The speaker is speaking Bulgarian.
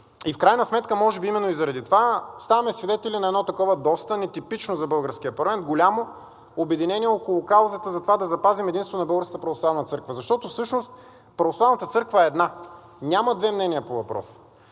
и в крайна сметка може би именно и заради това ставаме свидетели на едно такова доста нетипично за българския парламент голямо обединение около каузата за това да запазим единството на Българската православна църква. Защото всъщност православната църква е една. Няма две мнения по въпроса!